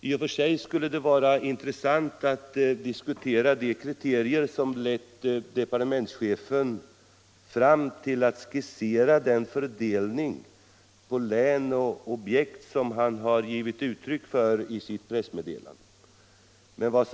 I och för sig skulle det vara intressant att diskutera de kriterier som lett departementschefen fram till att skissera den fördelning på län och objekt som han givit uttryck för i sitt pressmeddelande.